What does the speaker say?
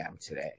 today